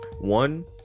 One